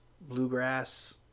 bluegrass